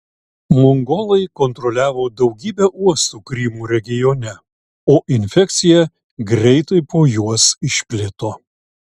mongolai kontroliavo daugybę uostų krymo regione o infekcija greitai po juos išplito